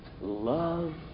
love